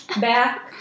Back